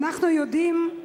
אנחנו יודעים,